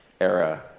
era